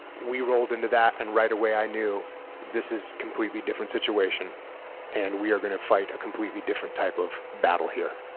we rolled into that and right away i knew this is a completely different situation and we are going to fight a completely different type of battle here.